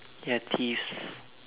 ya thieves